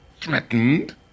threatened